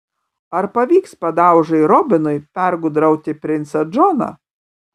ar pavyks padaužai robinui pergudrauti princą džoną